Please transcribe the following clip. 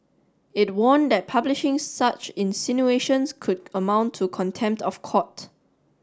it warned that publishing such insinuations could amount to contempt of court